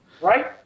right